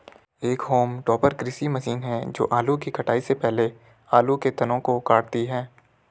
एक haulm topper कृषि machine है जो आलू की कटाई से पहले आलू के तनों को काटती है